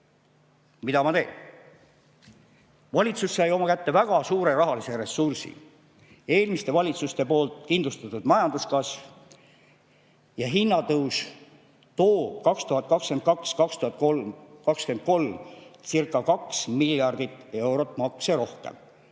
Mida ma teen? Valitsus sai oma kätte väga suure rahalise ressursi. Eelmiste valitsuste kindlustatud majanduskasv ja hinnatõus toob 2022–2023circa 2miljardit eurot makse rohkem,